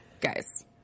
Guys